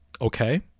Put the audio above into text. Okay